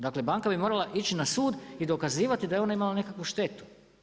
Dakle, banka bi morala ići na sud i dokazivati da je ona imala nekakvu štetu.